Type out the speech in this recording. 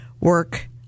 work